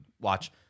watch –